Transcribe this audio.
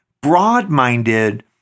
Broad-minded